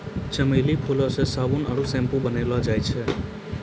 चमेली फूल से साबुन आरु सैम्पू बनैलो जाय छै